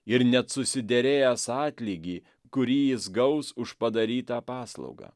ir net susiderėjęs atlygį kurį jis gaus už padarytą paslaugą